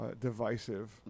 divisive